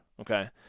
Okay